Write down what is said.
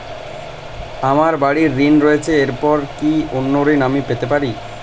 আমার বাড়ীর ঋণ রয়েছে এরপর কি অন্য ঋণ আমি পেতে পারি?